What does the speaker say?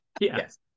yes